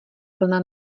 plná